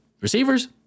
receivers